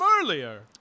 earlier